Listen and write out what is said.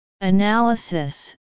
Analysis